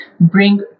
bring